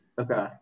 Okay